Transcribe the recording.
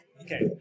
okay